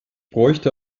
bräuchte